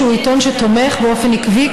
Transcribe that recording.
שהוא עיתון שתומך באופן עקבי,